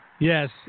Yes